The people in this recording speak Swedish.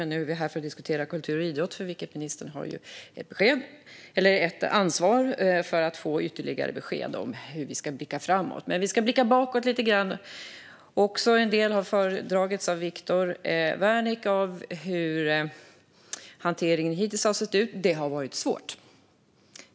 Nu är vi här för att diskutera kultur och idrott, för vilket ministern har ett ansvar, för att få ytterligare besked om hur vi ska blicka framåt. Men vi ska också blicka bakåt lite grann på hur hanteringen hittills har sett ut, och en del har Viktor Wärnick redogjort för. Det har varit svårt.